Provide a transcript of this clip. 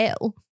ill